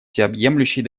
всеобъемлющей